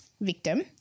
victim